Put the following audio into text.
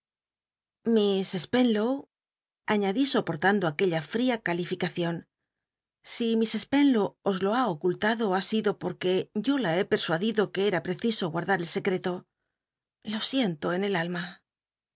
iliss spenlow añadí soportando aquella fria calificacion si miss spenlow os lo ha ocultado ha oitlo potr ue yo la he persuadido que era lll'cciso guarda r el s crcto lo siento en el alma